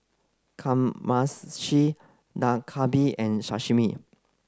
Kamameshi Dak Galbi and Sashimi